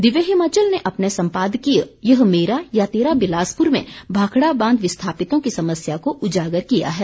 दिव्य हिमाचल ने अपने संपादकीय यह मेरा या तेरा बिलासपुर में भाखड़ा बांध विस्थापितों की समस्या को उजागर किया है